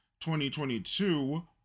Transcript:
2022